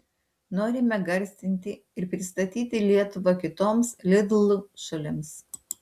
norime garsinti ir pristatyti lietuvą kitoms lidl šalims